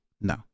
No